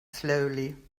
slowly